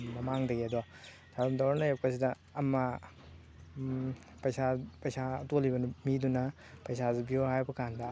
ꯃꯃꯥꯡꯗꯒꯤ ꯑꯗꯣ ꯊꯥꯔꯨꯝ ꯇꯧꯔ ꯂꯩꯔꯀꯄꯁꯤꯗ ꯑꯃ ꯄꯩꯁꯥ ꯄꯩꯁꯥ ꯇꯣꯜꯂꯤꯕ ꯃꯤꯗꯨꯅ ꯄꯩꯁꯥꯁꯤ ꯄꯤꯌꯨ ꯍꯥꯏꯔꯛꯄ ꯀꯥꯟꯗ